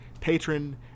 patron